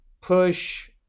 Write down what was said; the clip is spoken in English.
push